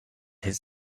his